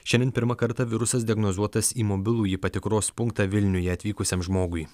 šiandien pirmą kartą virusas diagnozuotas į mobilųjį patikros punktą vilniuje atvykusiam žmogui